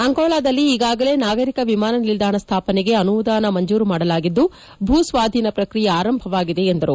ಅಂಕೋಲಾದಲ್ಲಿ ಈಗಾಗಲೇ ನಾಗರಿಕ ವಿಮಾನ ನಿಲ್ದಾಣ ಸ್ವಾಪನೆಗೆ ಅನುದಾನ ಮಂಜೂರು ಮಾಡಲಾಗಿದ್ದು ಭೂಸ್ವಾದೀನ ಪ್ರಕ್ರಿಯೆ ಆರಂಭವಾಗಿದೆ ಎಂದರು